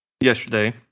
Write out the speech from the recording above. yesterday